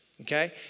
okay